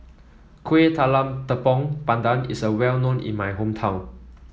Kueh Talam Tepong Pandan is well known in my hometown